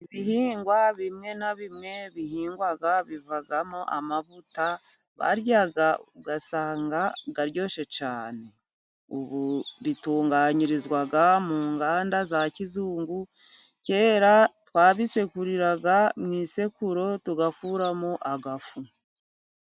Ibihingwa bimwe na bimwe bihingwa bivamo amavuta barya, ugasanga aryoshye cyane. Ubu bitunganyirizwa mu nganda za kizungu. Kera twabisekuriraga mu isekuru tugakuramo agafu.